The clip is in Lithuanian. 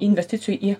investicijų į